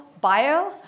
bio